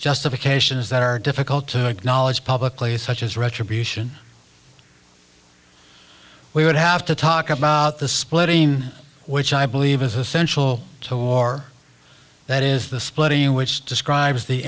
justifications that are difficult to acknowledge publicly such as retribution we would have to talk about the splitting which i believe is essential to a war that is the split in which describes the